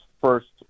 first